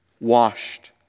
washed